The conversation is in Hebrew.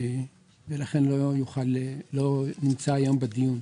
לארץ ולכן לא משתתף היום בדיון.